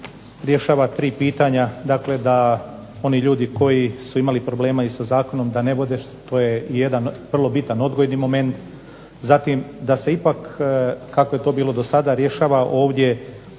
rješava tri pitanja da ono ljudi koji su imali problema sa zakonom da ne bude, to je jedan vrlo bitan odgojni moment, da se ipak kako je to bilo do sada rješava ovdje